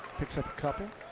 picks up a couple.